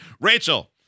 Rachel